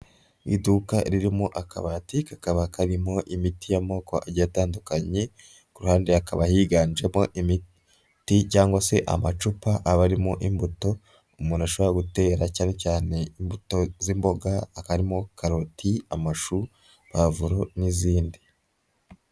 Iduka ririmo akabati kakaba karimo imiti y'amoko agiye atandukanye, ku ruhande hakaba higanjemo imiti cyangwa se amacupa aba arimo imbuto umuntu ashobora gutera cyane cyane imbuto z'imboga, hakaba harimo karoti, amashu, pavuro n'izindi.